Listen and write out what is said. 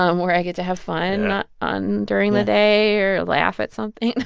um where i get to have fun and during the day or laugh at something